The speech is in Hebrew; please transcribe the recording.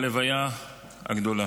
הלוויה הגדולה.